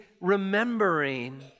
remembering